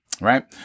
right